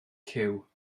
cyw